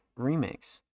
Remix